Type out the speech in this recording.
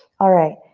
alright,